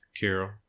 Carol